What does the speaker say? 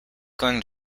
going